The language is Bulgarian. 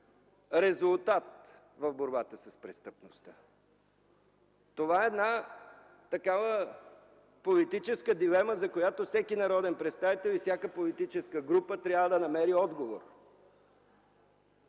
резултат в борбата с престъпността. Това е политическа дилема, за която всеки народен представител, всяка политическа група трябва да намери отговор.